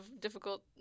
difficult